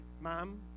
Mom